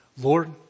Lord